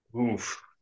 Oof